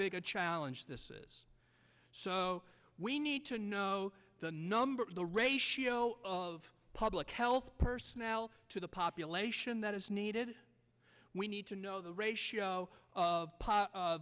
big a challenge this is so we need to know the number the ratio of public health personnel to the population that is needed we need to know the ratio of